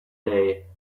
day